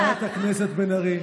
חברת הכנסת בן ארי.